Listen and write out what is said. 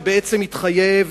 ובעצם התחייב,